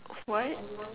what